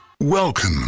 Welcome